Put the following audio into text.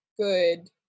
good